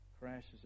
crashes